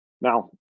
Now